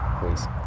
please